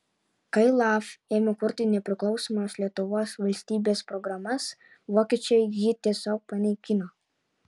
kai laf ėmė kurti nepriklausomos lietuvos valstybės programas vokiečiai jį tiesiog panaikino